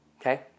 okay